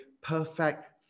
perfect